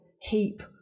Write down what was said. heap